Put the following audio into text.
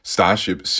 Starship